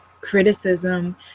criticism